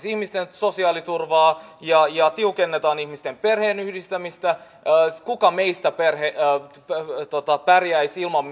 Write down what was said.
ihmisten sosiaaliturvaa ja tiukennetaan ihmisten perheenyhdistämistä kuka meistä pärjäisi ilman